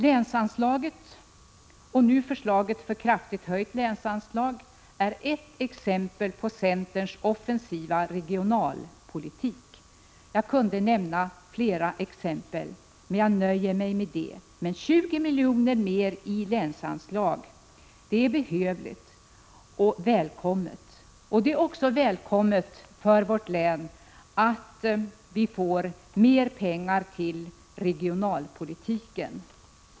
Länsanslaget — nu föreslås ett kraftigt höjt sådant — är ett exempel på centerns offensiva regionalpolitik. Jag kunde nämna flera exempel, men jag nöjer mig med detta. Men 20 miljoner mer i länsanslag är behövligt och välkommet. Det är också välkommet för vårt län att vi får mer pengar till regionalpolitiken.